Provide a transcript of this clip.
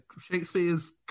Shakespeare's